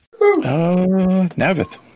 Navith